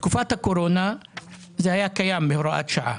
בתקופת הקורונה זה היה קיים בהוראת שעה,